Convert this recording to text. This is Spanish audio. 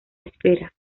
esfera